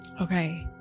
Okay